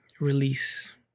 release